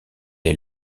est